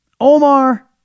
Omar